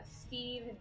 Steve